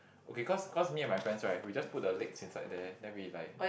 okay cause cause me and my friends right we just put our legs inside there then we like